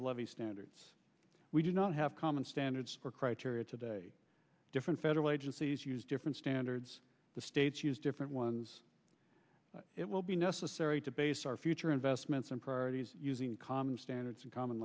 levee standards we do not have common standards or criteria today different federal agencies use different standards the states use different ones it will be necessary to base our future investments and priorities using common standards and common